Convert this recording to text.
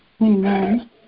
Amen